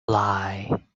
lie